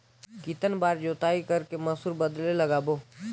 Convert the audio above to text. कितन बार जोताई कर के मसूर बदले लगाबो?